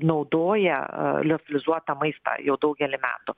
naudoja liofelizuotą jau daugelį metų